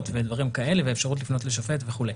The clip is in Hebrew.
ודברים כאלה ואפשרות לפנות לשופט וכו'.